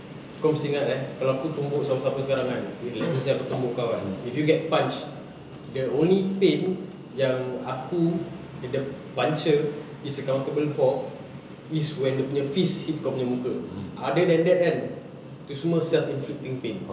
kau mesti ingat eh kalau aku tumbuk sesiapa sekarang kan okay let's say aku tumbuk kau kan if you get punched the only pain yang aku with the puncher is accountable for is when dia punya fist hit kau punya muka other than that kan tu semua self-inflicting pain